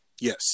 Yes